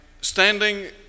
standing